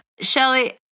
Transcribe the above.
Shelly